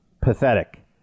pathetic